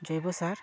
ᱡᱳᱹᱭᱵᱳ ᱥᱟᱨ